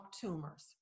tumors